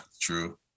true